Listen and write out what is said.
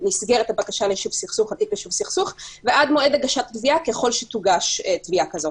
נסגרת הבקשה ליישוב סכסוך ועד מועד הגשת תביעה ככל שתוגש תביעה שכזו,